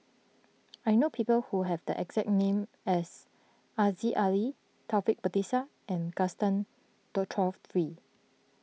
I know people who have the exact name as Aziza Ali Taufik Batisah and Gaston Dutronquoy